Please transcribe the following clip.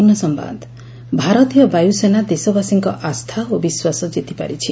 ବାୟୁସେନା ଦିବସ ଭାରତୀୟ ବାୟୁସେନା ଦେଶବାସୀଙ୍କ ଆସ୍ସା ଓ ବିଶ୍ୱାସ ଜିତିପାରିଛି